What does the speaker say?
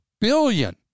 billion